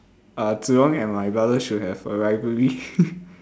uh Zhi-Rong and my brother should have a rivalry